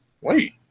Wait